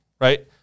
right